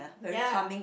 ya